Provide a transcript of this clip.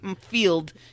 field